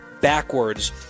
backwards